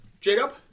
Jacob